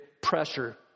pressure